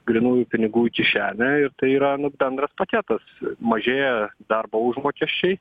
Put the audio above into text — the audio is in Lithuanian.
grynųjų pinigų į kišenę ir tai yra nu bendras paketas mažėja darbo užmokesčiai